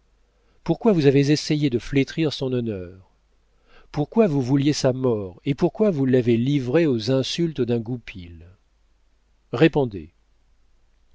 pourquoi vous avez essayé de flétrir son honneur pourquoi vous vouliez sa mort et pourquoi vous l'avez livrée aux insultes d'un goupil répondez